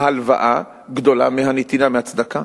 ההלוואה גדולה מהנתינה, מהצדקה.